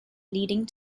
leading